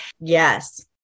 Yes